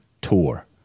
tour